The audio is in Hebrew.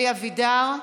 אלי אבידר.